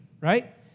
right